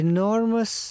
Enormous